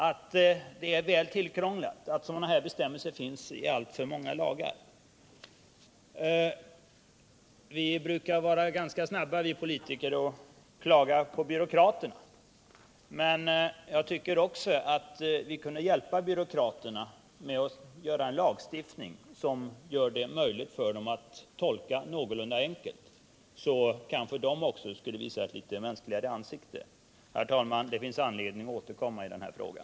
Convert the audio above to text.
Det är alldeles för tillkrånglat när sådana bestämmelser finns i alltför många lagar! Vi politiker brukar vara ganska snabba med att klaga på byråkraterna, men jag tycker att vi då också borde hjälpa byråkraterna genom en lagstiftning som gör det möjligt för dem att tolka lagen någorlunda enkelt — då kanske också de skulle visa ett litet mänskligare ansikte. Herr talman! Det finns anledning att återkomma i den här frågan.